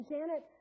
Janet